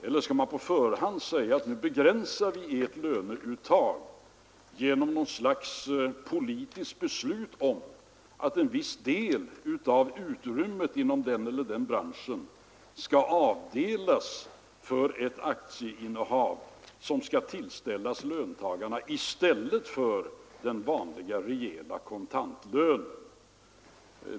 Eller skall man på förhand säga att vi begränsar löneuttaget genom något slags politiskt beslut om att en viss del av utrymmet inom den eller den branschen skall avdelas för ett aktieinnehav som skall tillställas löntagarna i stället för den vanliga rejäla kontantlönen?